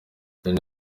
danny